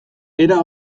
era